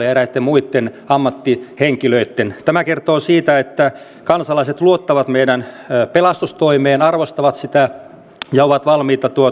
ja eräitten muitten ammattihenkilöitten kanssa samalle tasolle tämä kertoo siitä että kansalaiset luottavat meidän pelastustoimeen arvostavat sitä ja ovat valmiita